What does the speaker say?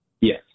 Yes